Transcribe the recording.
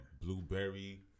blueberry